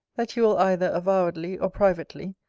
that you will, either avowedly or privately,